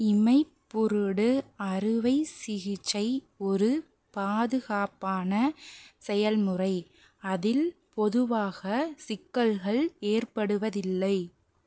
இமைப்புருடு அறுவைசிகிச்சை ஒரு பாதுகாப்பான செயல்முறை அதில் பொதுவாக சிக்கல்கள் ஏற்படுவதில்லை